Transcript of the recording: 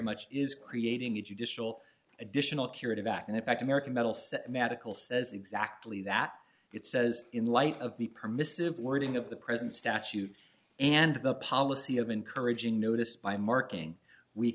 much is creating a judicial additional curative act and in fact american metal set medical says exactly that it says in light of the permissive wording of the present statute and the policy of encouraging notice by marking we